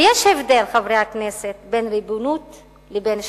ויש הבדל, חברי הכנסת, בין ריבונות לבין שליטה.